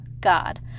God